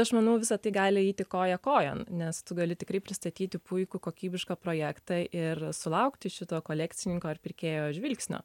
aš manau visa tai gali eiti koja kojon nes tu gali tikrai pristatyti puikų kokybišką projektą ir sulaukti šito kolekcininko ar pirkėjo žvilgsnio